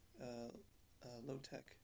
low-tech